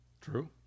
True